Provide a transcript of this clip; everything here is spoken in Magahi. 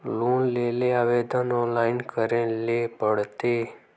लोन लेले आवेदन ऑनलाइन करे ले पड़ते?